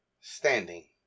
Standing